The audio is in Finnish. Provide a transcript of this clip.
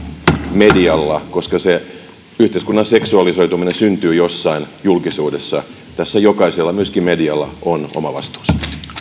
medialla koska se yhteiskunnan seksualisoituminen syntyy jossain julkisuudessa tässä jokaisella myöskin medialla on oma vastuunsa